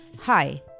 Hi